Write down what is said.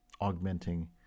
augmenting